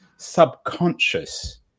Subconscious